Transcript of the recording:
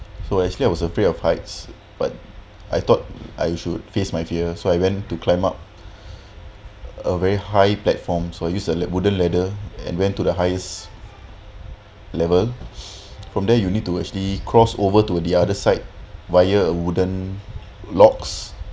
so actually I was afraid of heights but I thought I should face my fear so I went to climb up a very high platforms so I use a wooden ladder and went to the highest level from there you need to actually crossed over to the other side via a wooden locks